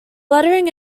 lettering